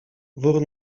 wór